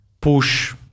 push